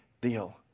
deal